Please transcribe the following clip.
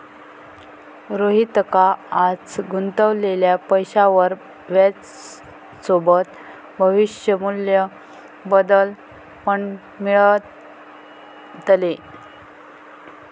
रोहितका आज गुंतवलेल्या पैशावर व्याजसोबत भविष्य मू्ल्य बदल पण मिळतले